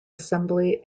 assembly